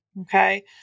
okay